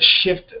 shift